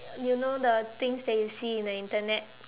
you know the things that you see in the Internet